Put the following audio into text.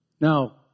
Now